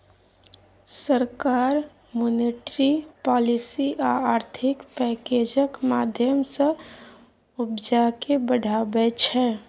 सरकार monetary policy आ आर्थिक पैकैजक माध्यमँ सँ उपजा केँ बढ़ाबै छै